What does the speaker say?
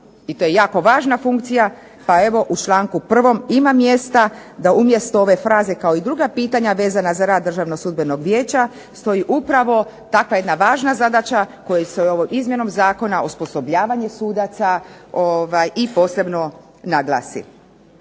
i to je jako važna funkcija pa evo u članku 1. ima mjesta da umjesto ove fraze kao i druga pitanja vezana za rad Državnog sudbenog vijeća stoji upravo takva jedna važna zadaća koju s ovom izmjenom zakona osposobljavanje sudaca i posebno naglasi.